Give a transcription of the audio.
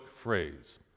phrase